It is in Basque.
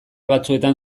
batzuetan